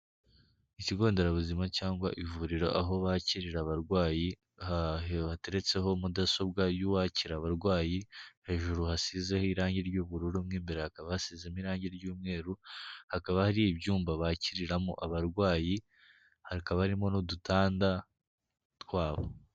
Ikigo nderabuzima cyangwa ivuriro aho bakirira abarwayi, hateretseho Mudasobwa y'uwakira abarwayi, hejuru hasizeho irangi ry'ubururu, mo imbere hakaba hasizemo irangi ry'umweru, hakaba hari ibyumba bakiriramo abarwayi, hakaba harimo n'udutanda twabo.